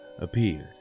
appeared